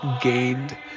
gained